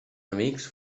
amics